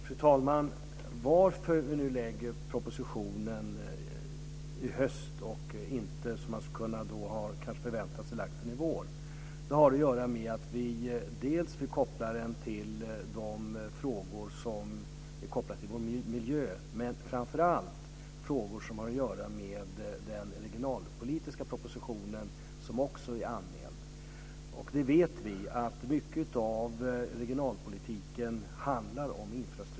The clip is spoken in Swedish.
Fru talman! Att vi lägger fram propositionen i höst och inte, som man kanske förväntat sig, i vår har att göra med att vi vill koppla den till de frågor som hänger samman med vår miljö, men framför allt till frågor som har att göra med den regionalpolitiska proposition som också är anmäld. Vi vet att mycket av regionalpolitiken handlar om infrastruktur.